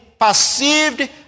perceived